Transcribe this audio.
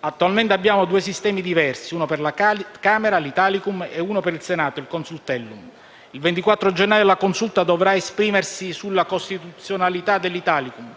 Attualmente abbiamo due sistemi diversi, uno per la Camera (l'Italicum) e uno per il Senato (il Consultellum). Il 24 gennaio la Consulta dovrà esprimersi sulla costituzionalità dell'Italicum.